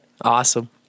Awesome